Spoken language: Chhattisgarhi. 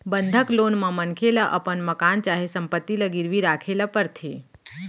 बंधक लोन म मनखे ल अपन मकान चाहे संपत्ति ल गिरवी राखे ल परथे